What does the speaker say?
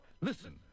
Listen